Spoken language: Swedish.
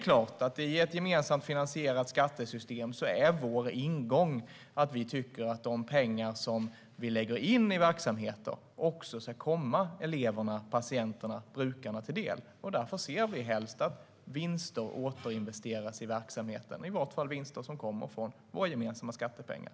I ett gemensamt finansierat skattesystem är vår ingång att de pengar som läggs in i verksamheter också ska komma elever, patienter och brukare till del. Därför ser vi helst att vinster återinvesteras i verksamheterna, i varje fall vinster som kommer från våra gemensamma skattepengar.